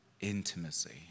intimacy